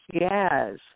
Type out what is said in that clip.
Yes